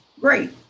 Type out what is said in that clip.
great